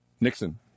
Nixon